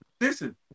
listen